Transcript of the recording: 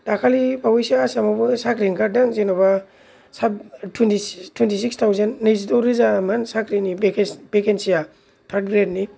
दाखालि बावैसो आसामावबो साख्रि ओंखारदों जेन'बा थुइनथि सिक्स थाउजेन्ड नैजिद' रोजामोन साख्रिनि भेकेनसि भेकेनसिआ थार्द ग्रेदनि